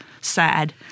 sad